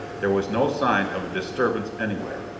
there was no sign of a disturbance anywhere.